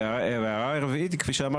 והצרכים שיש